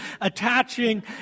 attaching